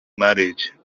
marriage